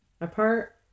Apart